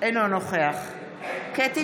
אינו נוכח קטי